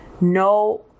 no